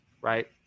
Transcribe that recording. right